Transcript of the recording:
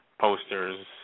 posters